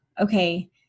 Okay